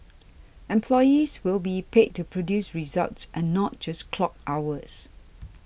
employees will be paid to produce results and not just clock hours